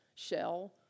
shell